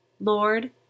Lord